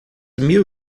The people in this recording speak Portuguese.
mil